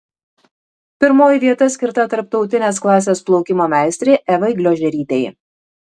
pirmoji vieta skirta tarptautinės klasės plaukimo meistrei evai gliožerytei